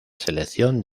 selección